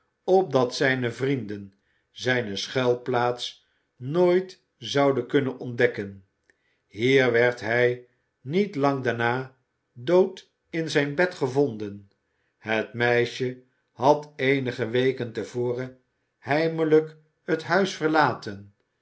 opdat zijne vrienden zijne schuilplaats nooit zouden kunnen ontdekken hier werd hij niet lang daarna dood in zijn bed gevonden het meisje had eenige weken te voren heimelijk het huis verlaten